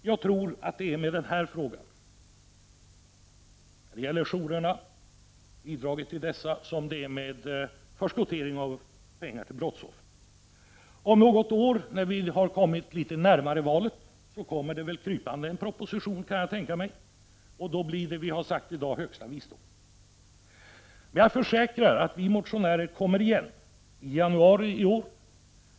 Jag tror att det är med denna fråga om jourerna och bidrag till dessa som det är med frågan om förskottering av pengar till brottsoffer: När vi närmar oss val kommer man krypande med en proposition — det är i varje fall vad jag kan tänka mig — och då blir det som vi i dag har sagt högsta visdom. Jag försäkrar att vi motionärer återkommer till dessa saker i januari nästa år.